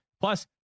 plus